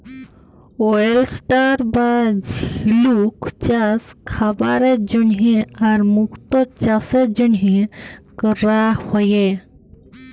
oyster বা ঝিলুক চাস খাবারের জন্হে আর মুক্ত চাসের জনহে ক্যরা হ্যয়ে